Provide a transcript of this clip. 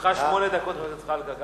לרשותך שמונה דקות, חבר הכנסת זחאלקה.